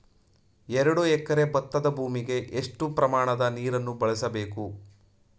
ಎರಡು ಎಕರೆ ಭತ್ತದ ಭೂಮಿಗೆ ಎಷ್ಟು ಪ್ರಮಾಣದ ನೀರನ್ನು ಬಳಸಬೇಕು?